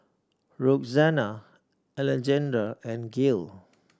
Roxana Alejandra and Gale